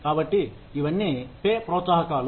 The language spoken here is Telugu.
కాబట్టి ఇవన్నీ పే ప్రోత్సాహకాలు